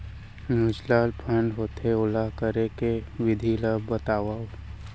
mutual fund का होथे, ओला करे के विधि ला बतावव